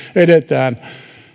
edetään